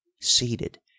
seated